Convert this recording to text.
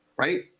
Right